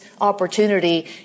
opportunity